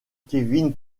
kevin